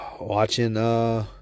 Watching